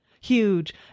huge